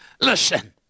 Listen